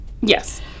yes